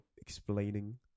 explaining